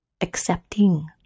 accepting